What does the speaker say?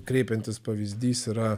kreipiantis pavyzdys yra